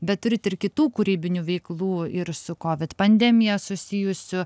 bet turit ir kitų kūrybinių veiklų ir su kovid pandemija susijusių